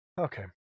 Okay